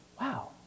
Wow